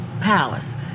Palace